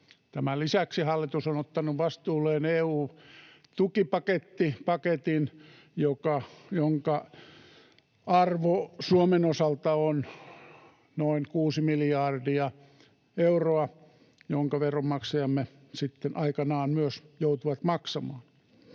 Tämän lisäksi hallitus on ottanut vastuulleen EU-tukipaketin, jonka arvo Suomen osalta on noin 6 miljardia euroa, jonka veronmaksajamme sitten aikanaan myös joutuvat maksamaan.